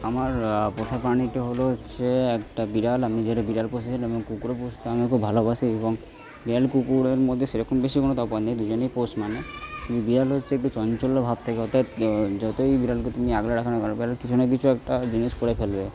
আমারা পোষা প্রাণীটা হলো হচ্ছে একটা বিড়াল আমি যে একটা বিড়াল পুষেছিলাম কুকুরও পুষতে আমি খুব ভালোবাসি এবং বিড়াল কুকুরের মধ্যে সেরকম বেশি কোনো তফাৎ নেই দুজনেই পোষ মানে কিন্তু বিড়াল হচ্ছে একটু চাঞ্চল্যভাব থাকে অর্থাৎ যতই বিড়ালকে তুমি আগলে রাখো না কেন বিড়াল কিছু না কিছু একটা জিনিস করে ফেলবে